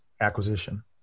acquisition